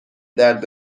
درد